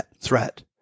threat